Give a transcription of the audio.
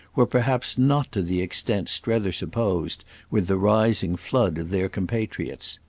were perhaps not to the extent strether supposed with the rising flood of their compatriots.